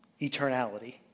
eternality